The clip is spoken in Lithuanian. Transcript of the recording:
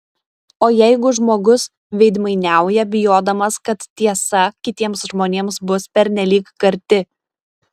o jeigu žmogus veidmainiauja bijodamas kad tiesa kitiems žmonėms bus pernelyg karti